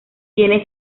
tiene